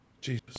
Jesus